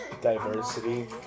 diversity